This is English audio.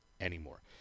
anymore